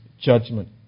judgment